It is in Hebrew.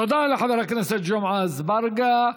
תודה לחבר הכנסת ג'מעה אזברגה.